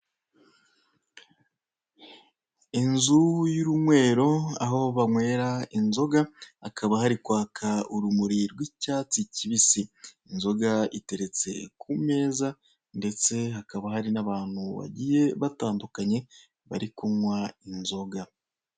Inzu y'urunywero aho banywera inzoga, hakaba hari kwaka urumuri rw'icyatsi kibisi inzoga iteretse ku meza, ndetse hakaba hari n'abantu bagiye batandukanye bari kunywa inzoga.